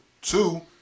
Two